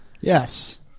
Yes